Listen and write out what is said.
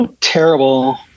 terrible